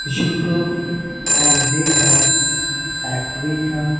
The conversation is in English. Europe America Africa